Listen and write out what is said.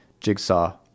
jigsaw